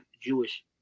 Jewish